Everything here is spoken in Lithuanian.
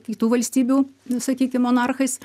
kitų valstybių sakykim monarchais